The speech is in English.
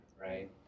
right